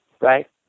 right